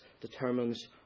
determines